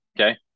Okay